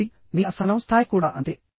కాబట్టి మీ అసహనం స్థాయి కూడా అంతే